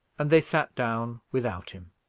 and they sat down without him.